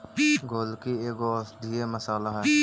गोलकी एगो औषधीय मसाला हई